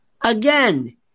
again